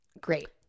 Great